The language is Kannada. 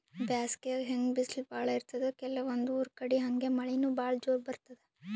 ಬ್ಯಾಸ್ಗ್ಯಾಗ್ ಹೆಂಗ್ ಬಿಸ್ಲ್ ಭಾಳ್ ಇರ್ತದ್ ಕೆಲವಂದ್ ಊರ್ ಕಡಿ ಹಂಗೆ ಮಳಿನೂ ಭಾಳ್ ಜೋರ್ ಬರ್ತದ್